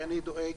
אני דואג